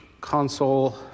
console